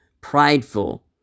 prideful